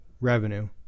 Revenue